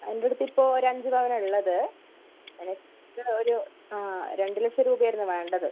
എൻ്റെ അടുത്ത് ഇപ്പോൾ ഒരു അഞ്ച് പവൻ ഉള്ളത് എനിക്ക് ഒരു രണ്ട് ലക്ഷം രൂപ ആയിരുന്നു വേണ്ടത്